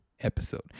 episode